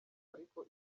ariko